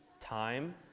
time